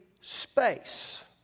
space